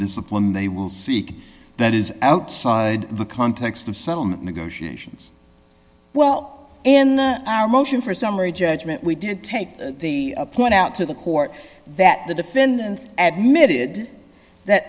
discipline they will seek that is outside the context of settlement negotiations well in our motion for summary judgment we did take the point out to the court that the defendants admitting that